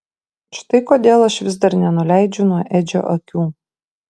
štai kodėl aš vis dar nenuleidžiu nuo edžio akių